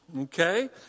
Okay